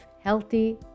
healthy